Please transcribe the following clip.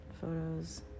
photos